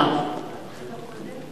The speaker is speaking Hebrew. מי שמך למכור אשליות לעם?